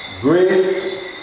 Grace